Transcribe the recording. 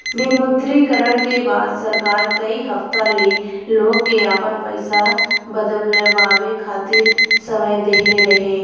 विमुद्रीकरण के बाद सरकार कई हफ्ता ले लोग के आपन पईसा बदलवावे खातिर समय देहले रहे